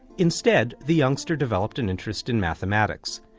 instead the youngster developed an interest in mathematics.